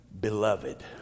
beloved